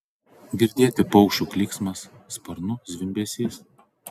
girdėti paukščių klyksmas sparnų zvimbesys